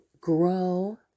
Grow